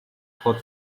hot